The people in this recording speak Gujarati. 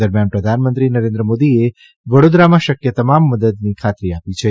દરમિયાન પ્રધાનમંત્રીશ્રી નરેન્દ્ર મોદીએ વડોદરામાં શક્ય તમામ મદદની ખાતરી આપી છે